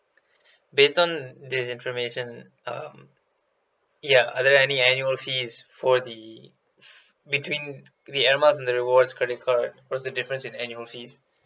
based on this information um ya are there any annual fees for the between the air miles and the rewards credit card what's the difference in the annual fees